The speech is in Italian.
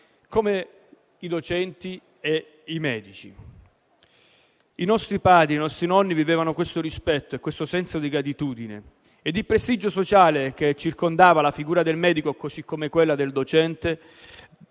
come i docenti e i medici. I nostri padri e i nostri nonni vivevano questo rispetto e questo senso di gratitudine e il prestigio sociale che circondava la figura del medico, come quella del docente,